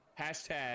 hashtag